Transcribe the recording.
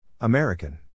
American